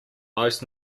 most